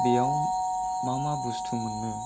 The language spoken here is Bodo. बेयाव मा मा बुस्थु मोनो